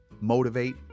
motivate